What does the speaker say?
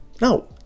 No